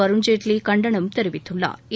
அருண் ஜேட்லி கண்டனம் தெரிவித்துள்ளாா்